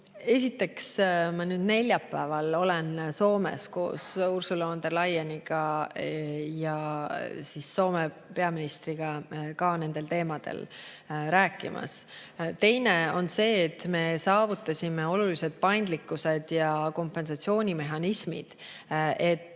Esiteks, ma olen neljapäeval Soomes koos Ursula von der Leyeni ja Soome peaministriga ka nendel teemadel rääkimas. Teiseks on see, et me saavutasime oluliselt paindlikkust ja kompensatsioonimehhanismid,